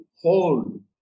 hold